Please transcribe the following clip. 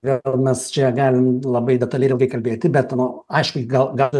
gal mes čia galim labai detaliai ir ilgai kalbėti be nu aišku gal gal